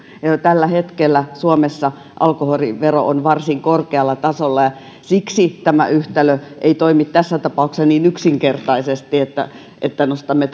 tällä hetkellä suomessa alkoholivero on varsin korkealla tasolla siksi yhtälö ei toimi tässä tapauksessa niin yksinkertaisesti että että nostamme